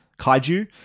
kaiju